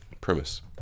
premise